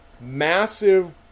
massive